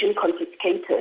confiscated